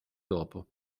dopo